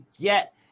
get